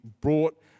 brought